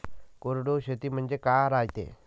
कोरडवाहू शेती म्हनजे का रायते?